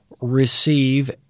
receive